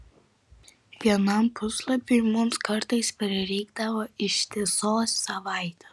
vienam puslapiui mums kartais prireikdavo ištisos savaitės